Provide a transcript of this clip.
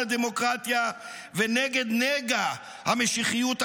הדמוקרטיה ונגד נגע המשיחיות הכהנאית?